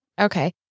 Okay